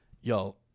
yo